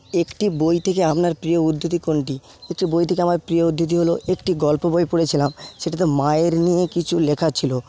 একটি বই থেকে আপনার প্রিয় উদ্ধৃতি কোনটি একটি বই থেকে আমার প্রিয় উদ্ধৃতি হল একটি গল্পের বই পড়েছিলাম সেটিতে মায়ের নিয়ে কিছু লেখা ছিল